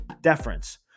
Deference